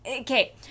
Okay